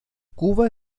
cuba